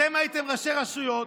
אתם הייתם ראשי רשויות,